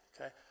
Okay